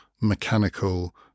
mechanical